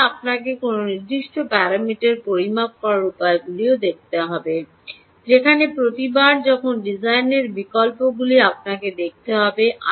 যেখানে আপনাকে কোনও নির্দিষ্ট প্যারামিটার পরিমাপ করার উপায়গুলি দেখতে হবে যেখানে প্রতিবার যখন ডিজাইনের বিকল্পগুলি আপনাকে দেখতে হবে